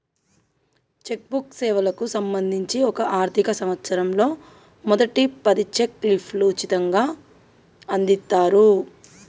check book సేవలకు సంబంధించి ఒక ఆర్థిక సంవత్సరంలో మొదటి పది చెక్ లీఫ్లు ఉచితంగ అందిత్తరు